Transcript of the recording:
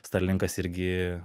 starlinkas irgi